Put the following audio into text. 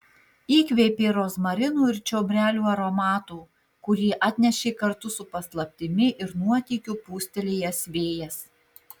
įkvėpė rozmarinų ir čiobrelių aromato kurį atnešė kartu su paslaptimi ir nuotykiu pūstelėjęs vėjas